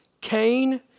Cain